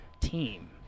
team